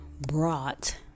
brought